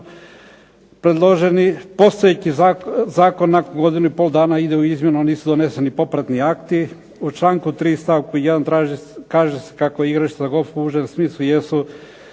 Predloženi postojeći zakon nakon godinu i pol dana ide u izmjenu, a nisu doneseni popratni akti. U članku 3. stavku 1. kaže se kako igrališta za golf u užem smislu jesu